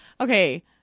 Okay